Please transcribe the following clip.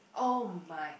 oh my